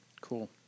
Cool